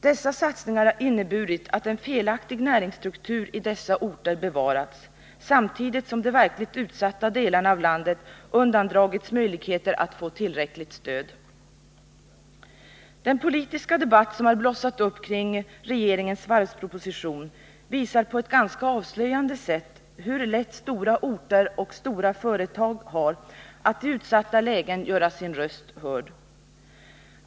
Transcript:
Dessa satsningar har inneburit att en felaktig näringsstruktur i dessa orter bevarats, samtidigt som de verkligt utsatta delarna av landet undandragits möjligheter att få tillräckligt stöd. Den politiska debatt som har blossat upp kring regeringens varvsproposition visar på ett ganska avslöjande sätt hur lätt stora orter och stora företag har att i utsatta lägen göra sin röst hörd.